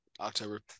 October